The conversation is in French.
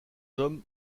hommes